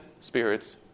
spirits